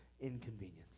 inconvenience